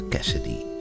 Cassidy